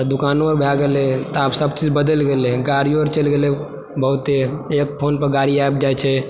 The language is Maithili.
तऽ दोकानो अर भए गेलय त आब सभ चीज बदलि गेलय गाड़ियो अर चलि गेलय बहुते एक फोन पर गाड़ी आबि जाय छै